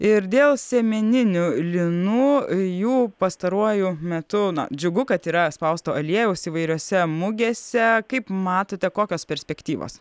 ir dėl sėmeninių linų jų pastaruoju metu na džiugu kad yra spausto aliejaus įvairiose mugėse kaip matote kokios perspektyvos